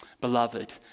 beloved